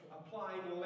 applying